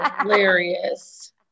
hilarious